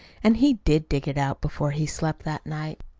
and he did dig it out before he slept that night.